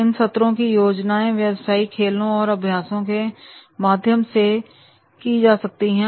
इन सत्रों की योजना व्यवसाई खेलों और अभ्यासों के माध्यम से की जा सकती है